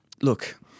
Look